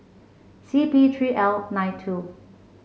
C P three L nine two